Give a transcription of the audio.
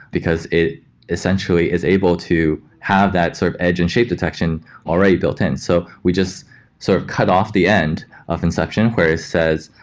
because it essentially is able to have that sort of edge and shape detection already built in. so we just sort of cut off the end of inception where it says,